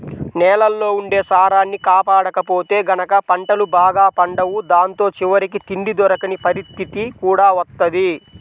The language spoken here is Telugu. నేలల్లో ఉండే సారాన్ని కాపాడకపోతే గనక పంటలు బాగా పండవు దాంతో చివరికి తిండి దొరకని పరిత్తితి కూడా వత్తది